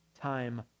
time